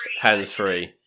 hands-free